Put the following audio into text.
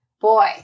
Boy